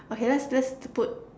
okay let's let's put